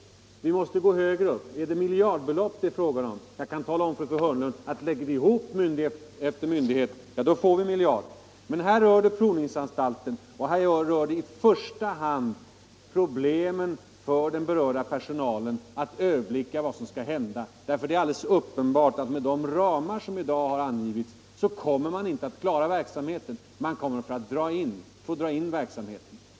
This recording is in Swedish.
Vi måste gå högre upp. Är det miljardbelopp det är fråga om? Jag kan tala om för fru Hörnlund att lägger vi ihop myndighet efter myndighet, då får vi miljarder. Men här gäller det provningsanstalten och i första hand problemen för den berörda personalen att överblicka vad som skall hända. Det är alldeles uppenbart att med de ramar som har angivits kommer man inte att klara sina uppgifter. Man kommer att få inskränka på verksamheten.